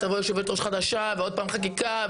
תבוא יו"ר חדשה ועוד פעם חקיקה,